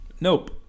nope